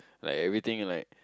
like everything like